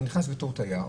אתה נכנס בתור תייר